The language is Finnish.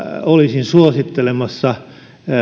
olisin suosittelemassa